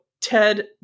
Ted